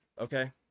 okay